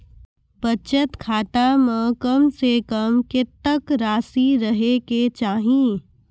बचत खाता म कम से कम कत्तेक रासि रहे के चाहि?